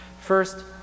First